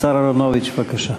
השר אהרונוביץ, בבקשה.